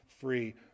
free